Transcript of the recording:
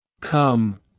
Come